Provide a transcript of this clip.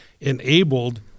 enabled